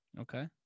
Okay